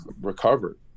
recovered